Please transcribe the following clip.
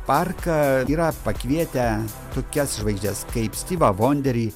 parką yra pakvietę tokias žvaigždes kaip stivą vonderį